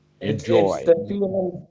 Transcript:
Enjoy